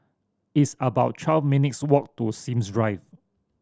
it's about twelve minutes' walk to Sims Drive